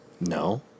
No